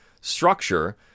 structure